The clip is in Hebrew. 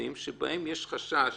מצבים שיש חשש